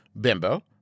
bimbo